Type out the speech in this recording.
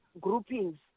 groupings